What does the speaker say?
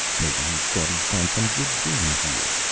maybe he thought he'd find some good game here.